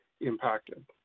impacted